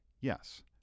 Yes